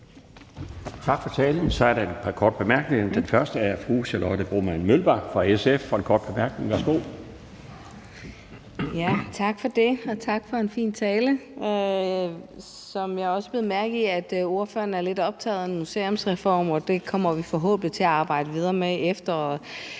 Tak for talen. Så er der et par korte bemærkninger, og den første er fra fru Charlotte Broman Mølbæk fra SF. Værsgo. Kl. 13:30 Charlotte Broman Mølbæk (SF): Tak for det. Og tak for en fin tale. Jeg bed også mærke i, at ordføreren er lidt optaget af en museumsreform, og det kommer vi forhåbentlig til at arbejde videre med i